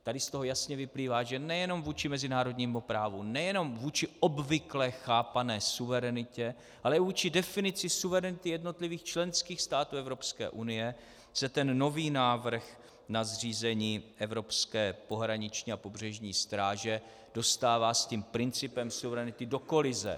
Tady z toho jasně vyplývá, že nejenom vůči mezinárodnímu právu, nejenom vůči obvykle chápané suverenitě, ale i vůči definici suverenity jednotlivých členských států Evropské unie se ten nový návrh na zřízení evropské pohraniční a pobřežní stráže dostává s tím principem suverenity do kolize.